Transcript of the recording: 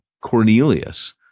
Cornelius